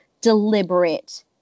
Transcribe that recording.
deliberate